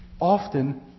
often